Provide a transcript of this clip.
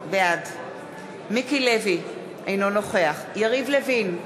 בעד מיקי לוי, אינו נוכח יריב לוין,